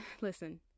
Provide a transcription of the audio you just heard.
listen